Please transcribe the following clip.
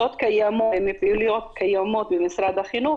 פעילויות קיימות במשרד החינוך,